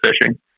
fishing